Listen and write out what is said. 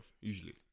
Usually